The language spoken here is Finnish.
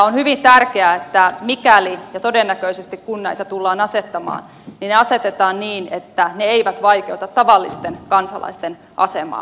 on hyvin tärkeää että mikäli ja todennäköisesti kun näitä tullaan asettamaan niin ne asetetaan niin että ne eivät vaikeuta tavallisten kansalaisten asemaa